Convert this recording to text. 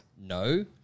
No